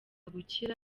gukira